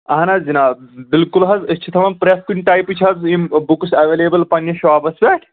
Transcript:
اہَن حظ جِناب بِلکُل حظ أسۍ چھِ تھَوان پرٛتھ کُنہِ ٹایپٕچ حظ یِم بُکٕس ایویلیبٕل پَنٕنِس شاپَس پیٚٹھ